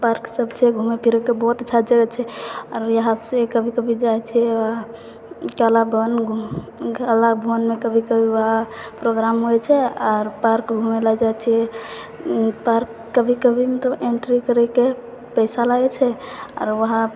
पार्कसब छै घुमै फिरैके बहुत अच्छा जगह छै आओर यहाँसँ कभी कभी जाइ छिए कला भवन घुमै कला भवनमे कभी कभी वहाँ प्रोग्राम होइ छै आओर पार्क घुमैलए जाइ छी पार्क कभी कभी मतलब एन्ट्री करैके पैसा लागै छै आओर वहाँ